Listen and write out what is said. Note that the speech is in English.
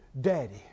daddy